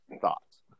Thoughts